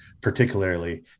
particularly